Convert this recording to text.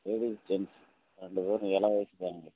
ladies gents ரெண்டு பேரும் இள வயசுக்காரங்களுக்கு